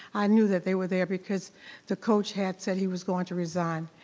i knew that they were there because the coach had said he was going to resign.